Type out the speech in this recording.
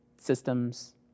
systems